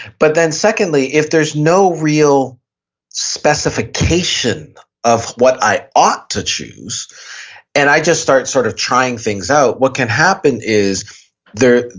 but then secondly if there's no real specification of what i ought to choose and i just start sort of trying things out, what can happen is there,